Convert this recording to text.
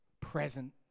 present